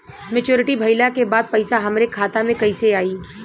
Maturity भईला के बाद पईसा हमरे खाता में कइसे आई?